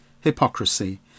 hypocrisy